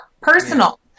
personal